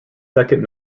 second